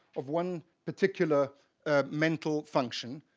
of one particular mental function,